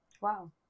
Wow